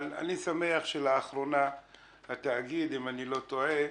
אבל אני שמח שלאחרונה התאגיד, אם אני לא טועה,